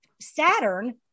Saturn